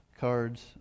cards